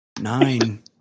nine